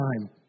time